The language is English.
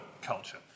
culture